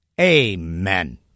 Amen